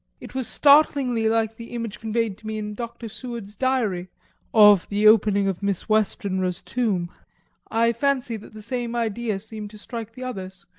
it was startlingly like the image conveyed to me in dr. seward's diary of the opening of miss westenra's tomb i fancy that the same idea seemed to strike the others,